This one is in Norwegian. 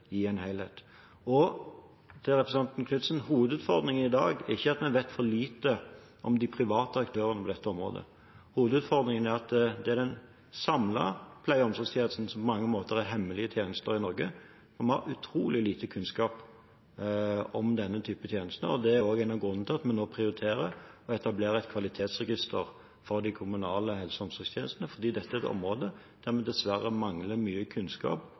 området. Hovedutfordringen er at det er den samlede pleie- og omsorgstjenesten som på mange måter er hemmelige tjenester i Norge, og vi har utrolig lite kunnskap om denne type tjenester. Det er også en av grunnene til at vi nå prioriterer å etablere et kvalitetsregister for de kommunale helse- og omsorgtjenestene, fordi dette er et område der vi dessverre mangler mye kunnskap